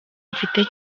mfite